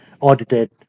audited